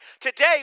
Today